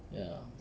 ya